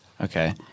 Okay